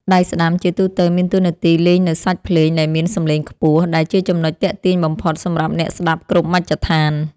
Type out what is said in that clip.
ដៃស្តាំជាទូទៅមានតួនាទីលេងនូវសាច់ភ្លេងដែលមានសម្លេងខ្ពស់ ដែលជាចំណុចទាក់ទាញបំផុតសម្រាប់អ្នកស្ដាប់គ្រប់មជ្ឈដ្ឋាន។